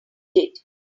did